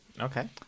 Okay